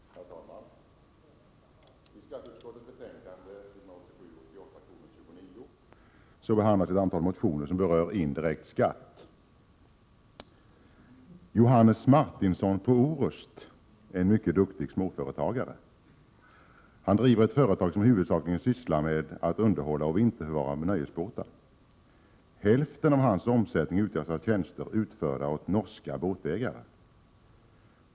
Herr talman! I skatteutskottets betänkande 1987/88:29 behandlas ett antal motioner som berör indirekt skatt. Johannes Martinsson på Orust är en mycket duktig småföretagare. Han driver ett företag som huvudsakligen sysslar med att underhålla och vinterförvara nöjesbåtar. Hälften av hans omsättning utgörs av tjänster utförda åt norska båtägare.